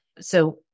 So-